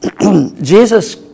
Jesus